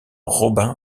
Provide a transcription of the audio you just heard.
robin